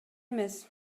эмес